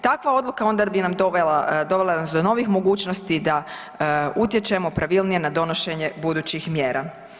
Takva odluka onda bi nas dovela do novih mogućnosti da utječemo pravilnije na donošenje budućih mjera.